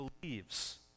believes